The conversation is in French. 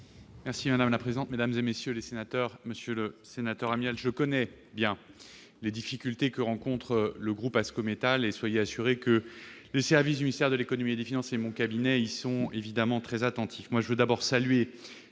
Madame la présidente, mesdames, messieurs les sénateurs, monsieur le sénateur Amiel, je connais bien les difficultés que rencontre le groupe Ascométal. Soyez assuré que les services du ministère de l'économie et des finances, ainsi que mon cabinet, y sont évidemment très attentifs.